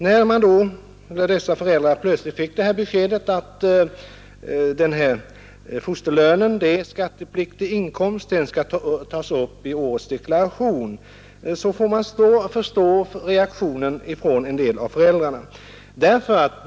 När dessa föräldrar då plötsligt fick beskedet att fosterlönen är skattepliktig inkomst och skall tas upp i årets deklaration får man förstå att en del av föräldrarna reagerade.